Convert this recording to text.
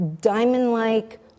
diamond-like